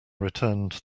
returned